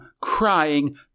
crying